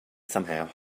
somehow